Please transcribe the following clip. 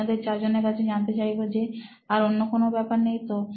আপনাদের চারজনের কাছে জানতে চাইবো যে আর অন্য কোন ব্যাপার নেই তো